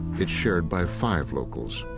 it's shared by five locals.